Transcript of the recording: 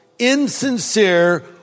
insincere